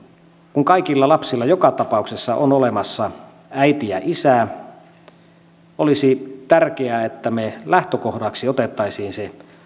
kun kaikilla lapsilla joka tapauksessa on olemassa äiti ja isä olisi tärkeää että me lähtökohdaksi ottaisimme